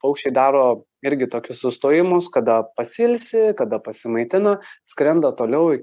paukščiai daro irgi tokius sustojimus kada pasiilsi kada pasimaitina skrenda toliau